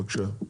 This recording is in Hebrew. בבקשה.